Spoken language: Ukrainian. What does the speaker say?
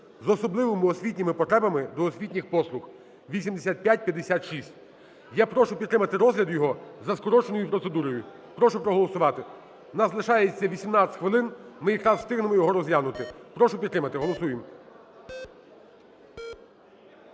з особливими освітніми потребами до освітніх послуг (8556). Я прошу підтримати розгляд його за скороченою процедурою. Прошу проголосувати. У нас лишається 18 хвилин, ми якраз встигнемо його розглянути. Прошу підтримати. Голосуємо.